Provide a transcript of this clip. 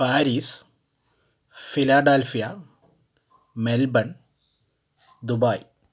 Paris philadelphia Melbourne Dubai